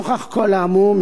נוכח כל האמור,